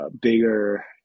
bigger